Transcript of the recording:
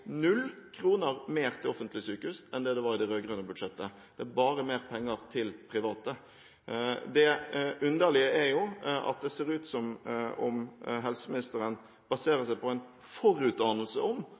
null kroner mer til offentlige sykehus enn det var i det rød-grønne budsjettet. Det er bare mer penger til private. Det underlige er at det ser ut som om helseministeren baserer seg på en forutanelse om